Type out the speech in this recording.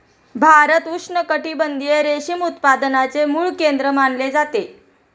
भारत उष्णकटिबंधीय रेशीम उत्पादनाचे मूळ केंद्र मानले जाते